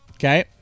Okay